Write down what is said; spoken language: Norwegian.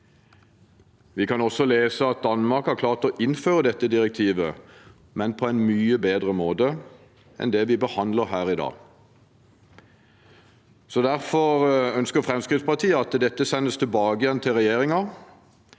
Vi kan også lese at Danmark har klart å innføre dette direktivet, men på en mye bedre måte enn det vi behandler her i dag. Derfor ønsker Fremskrittspartiet at dette sendes tilbake til regjeringen,